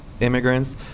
immigrants